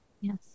Yes